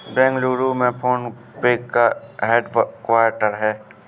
बेंगलुरु में PhonePe का head quarter हैं